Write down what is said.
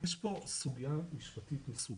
יש פה סוגיה שהיא מסובכת.